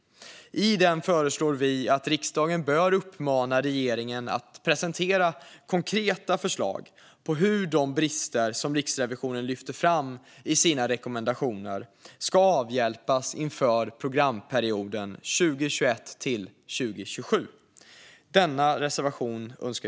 I den föreslår vi att riksdagen ska uppmana regeringen att presentera konkreta förslag på hur de brister som Riksrevisionen lyfter fram i sina rekommendationer ska avhjälpas inför programperioden 2021-2027.